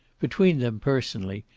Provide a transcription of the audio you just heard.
between them, personally,